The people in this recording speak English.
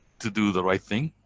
to do the right thing.